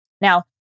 Now